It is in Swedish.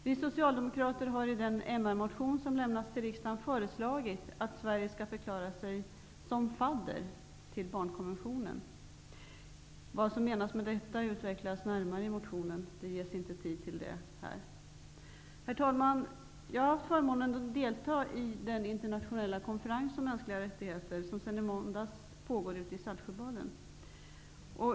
Vi socialdemokrater föreslår i den MR motion som avlämnats till riksdagen att Sverige skall förklara sig som fadder till barnkonventionen. Vad som menas med detta utvecklas närmare i vår motion. Det ges inte tid till att redogöra för det nu. Herr talman! Jag har haft förmånen att delta i den internationella konferens om mänskliga rättigheter som sedan i måndags pågår ute i Saltsjöbaden.